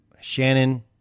Shannon